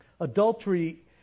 Adultery